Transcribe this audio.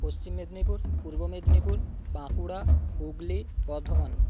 Paschim Medinipur Purba Medinipur Bankura Hooghly Bardhaman